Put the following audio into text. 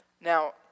Now